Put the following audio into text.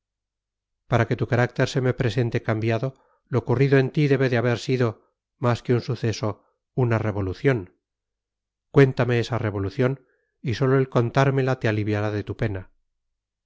para que tu carácter se me presente cambiado lo ocurrido en ti debe de haber sido más que un suceso una revolución cuéntame esa revolución y sólo el contármela te aliviará de tu pena